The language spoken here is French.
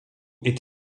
est